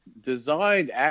designed